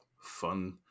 fun